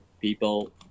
people